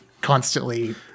constantly